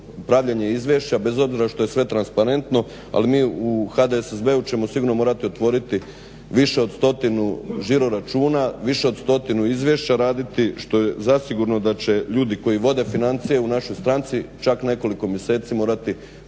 pravljenje izvješća bez obzira što je sve transparentno ali mi u HDSSB-u ćemo sigurno morati otvoriti više od 100 žiro-računa, više od 100 izvješća raditi što je zasigurno da će ljudi koji vode financije u našoj stranci čak nekoliko mjeseci morati